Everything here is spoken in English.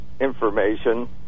information